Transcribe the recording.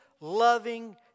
loving